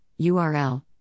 url